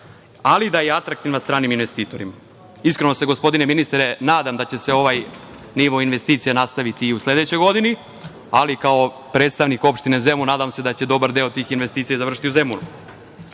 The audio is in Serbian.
ali i da je atraktivna stranim investitorima. Iskreno se, gospodine ministre, nadam da će se ovaj nivo investicija nastaviti i u sledećoj godini, ali kao predstavnik opštine Zemun nadam se da će dobar deo tih investicija završiti u